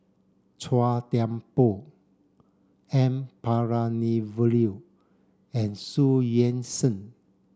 Chua Thian Poh N Palanivelu and Xu Yuan Zhen